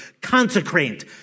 consecrate